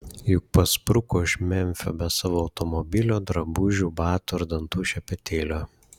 juk paspruko iš memfio be savo automobilio drabužių batų ar dantų šepetėlio